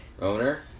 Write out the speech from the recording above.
owner